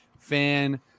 fan